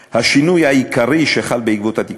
השינוי העיקרי שחל בעקבות התיקון היה